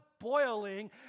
Boiling